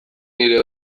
nire